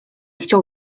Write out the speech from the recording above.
chciał